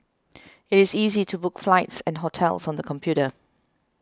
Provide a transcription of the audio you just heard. it is easy to book flights and hotels on the computer